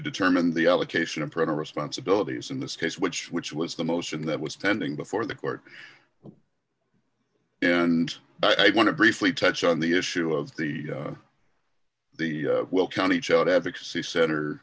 determine the allocation of parental responsibilities in this case which which was the motion that was pending before the court and i want to briefly touch on the issue of the the will county child advocacy center